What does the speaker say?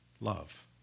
love